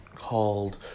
called